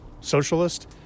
socialist